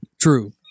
True